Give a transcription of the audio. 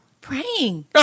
Praying